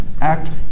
Act